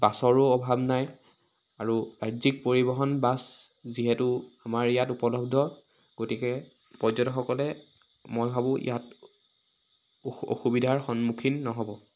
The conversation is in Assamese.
বাছৰো অভাৱ নাই আৰু ৰাজ্যিক পৰিৱহণ বাছ যিহেতু আমাৰ ইয়াত উপলব্ধ গতিকে পৰ্যটকসকলে মই ভাবোঁ ইয়াত অসু অসুবিধাৰ সন্মুখীন নহ'ব